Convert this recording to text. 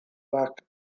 back